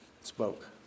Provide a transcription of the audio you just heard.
spoke